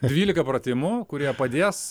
dvylika pratimų kurie padės